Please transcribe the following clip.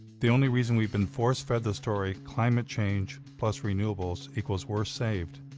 the only reason we've been force fed the story, climate change plus renewables equals we're saved,